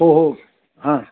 हो हो हां